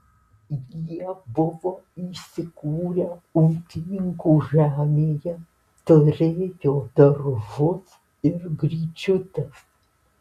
jie buvo įsikūrę ūkininkų žemėje turėjo daržus ir gryčiutes